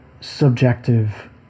subjective